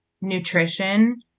nutrition